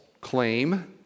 claim